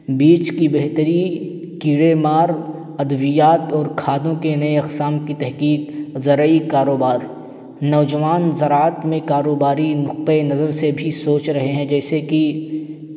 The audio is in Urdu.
بیج کی بہتری کیڑے مار ادویات اور کھادوں کے نئے اقسام کی تحقیق زرعی کاروبار نوجوان زراعت میں کاروباری نقطۂ نظر سے بھی سوچ رہے ہیں جیسے کہ